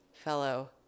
fellow